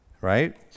right